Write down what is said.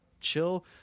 chill